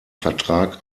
vertrag